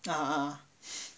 ah ah